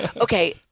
Okay